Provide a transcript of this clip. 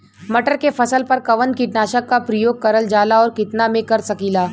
मटर के फसल पर कवन कीटनाशक क प्रयोग करल जाला और कितना में कर सकीला?